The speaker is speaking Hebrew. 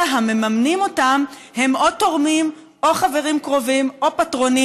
אלא המממנים אותם הם תורמים או חברים קרובים או פטרונים